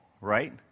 right